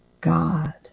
god